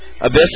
Abyss